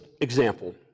example